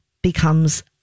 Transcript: becomes